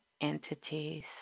Entities